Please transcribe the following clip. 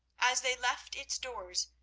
as they left its doors,